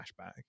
flashback